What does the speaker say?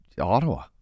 Ottawa